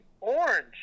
orange